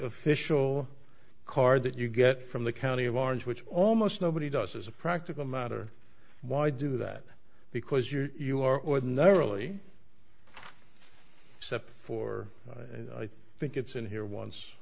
official card that you get from the county of orange which almost nobody does as a practical matter why do that because you are ordinarily cept for i think it's in here once